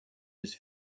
his